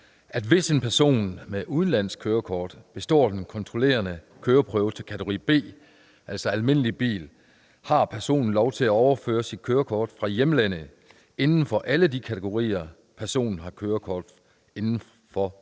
at hvis en person med udenlandsk kørekort består den kontrollerende køreprøve til kategori B (almindelig bil), har personen lov til at overføre sit kørekort fra hjemlandet inden for alle de kategorier, personen har kørekort inden for fra hjemlandet,